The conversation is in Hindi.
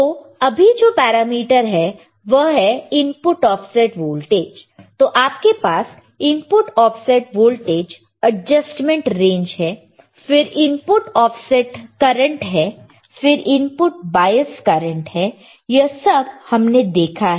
तो अभी जो पैरामीटर है वह है इनपुट ऑफसेट वोल्टेज तो आपके पास input offset voltage adjustment range है फिर इनपुट ऑफसेट करंट है फिर इनपुट बाएस करंट है यह सब हमने देखा है